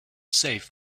save